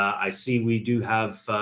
i see, we do have, ah,